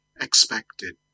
expected